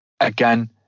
again